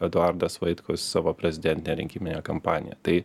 eduardas vaitkus savo prezidentinę rinkiminę kampaniją tai